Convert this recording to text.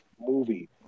movie